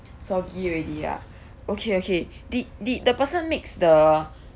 soggy already ah okay okay did did the person mix the